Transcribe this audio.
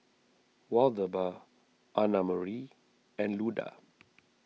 Waldemar Annamarie and Luda